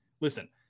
Listen